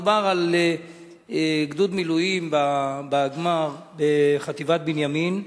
מדובר על גדוד מילואים בחטיבת בנימין.